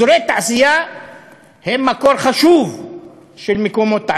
אזורי תעשייה הם מקור חשוב של מקומות תעסוקה.